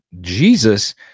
Jesus